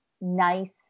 nice